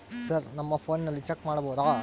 Sir ನಮ್ಮ ಫೋನಿನಲ್ಲಿ check ಮಾಡಬಹುದಾ?